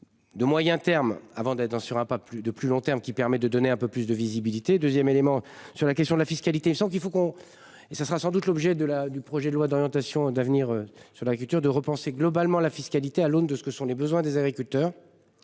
De moyen terme avant d'être dans, sur un pas plus de plus long terme qui permet de donner un peu plus de visibilité 2ème élément sur la question de la fiscalité le qu'il faut qu'on et ce sera sans doute l'objet de la, du projet de loi d'orientation d'avenir sur la culture de repenser globalement la fiscalité à l'aune de ce que sont les besoins des agriculteurs.